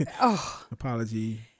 Apology